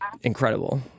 incredible